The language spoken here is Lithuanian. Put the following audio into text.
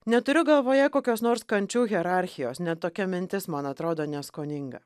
neturiu galvoje kokios nors kančių hierarchijos net tokia mintis man atrodo neskoninga